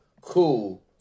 Cool